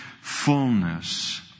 fullness